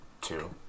Two